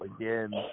again